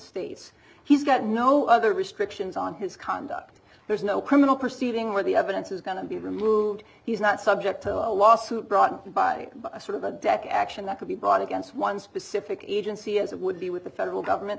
states he's got no other restrictions on his conduct there's no criminal proceeding where the evidence is going to be removed he's not sub a lawsuit brought by a sort of a deck action that could be brought against one specific agency as it would be with the federal government